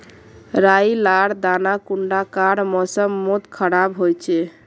राई लार दाना कुंडा कार मौसम मोत खराब होचए?